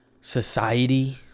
society